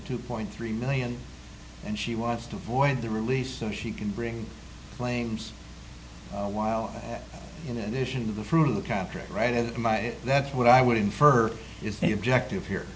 two point three million and she wants to avoid the release so she can bring claims while in addition to the fruit of the contract right at my that what i would infer is the objective here